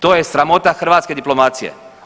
To je sramota hrvatske diplomacije.